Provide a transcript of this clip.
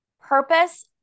Purpose